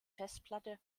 festplatte